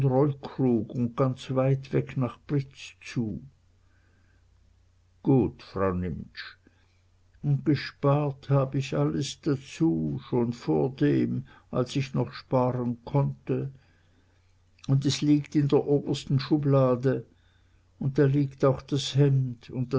un ganz weit weg nach britz zu gut frau nimptsch und gespart hab ich alles dazu schon vordem als ich noch sparen konnte un es liegt in der obersten schublade un da liegt auch das hemd un